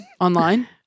online